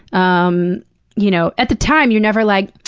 um you know at the time, you're never like,